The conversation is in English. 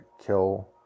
kill